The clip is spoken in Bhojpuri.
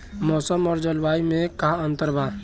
मौसम और जलवायु में का अंतर बा?